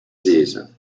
season